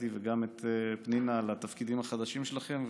וגם את פנינה על התפקידים החדשים שלכם.